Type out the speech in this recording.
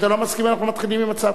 אם אתה לא מסכים, אנחנו מתחילים עם הצעתך.